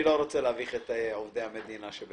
אני לא רוצה להביך את עובדי המדינה.